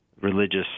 religious